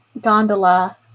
gondola